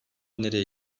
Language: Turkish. nereye